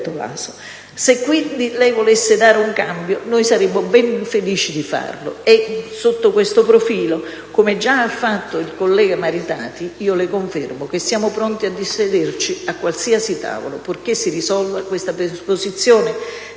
Se quindi lei volesse apportare un cambiamento, noi saremmo ben felici di farlo. Sotto questo profilo, come già ha fatto il senatore Maritati, le confermo che siamo pronti a sederci a qualsiasi tavolo, purché si risolva questa situazione